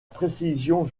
précision